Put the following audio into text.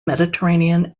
mediterranean